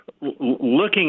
looking